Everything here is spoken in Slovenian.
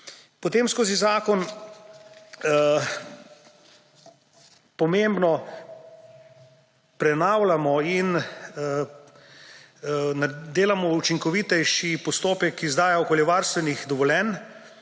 Potem skozi zakon pomembno prenavljamo in delamo učinkovitejši postopek izdaje okoljevarstvenih dovoljenj.